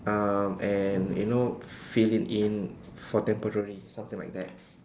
um and you know fill it in for temporary something like that